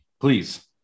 Please